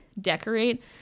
decorate